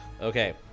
Okay